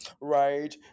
right